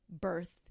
birth